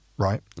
Right